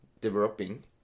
developing